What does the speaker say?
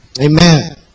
Amen